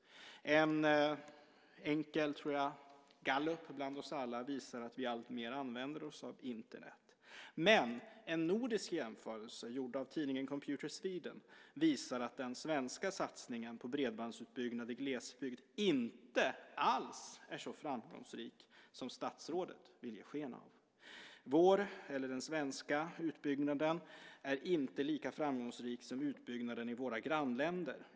En enkel gallup bland oss alla visar att vi alltmer använder oss av Internet. En nordisk jämförelse gjord av tidningen Computer Sweden visar att den svenska satsningen på bredbandsutbyggnad i glesbygd inte alls är så framgångsrik som statsrådet vill ge sken av. Den svenska utbyggnaden är inte lika framgångsrik som utbyggnaden i våra grannländer.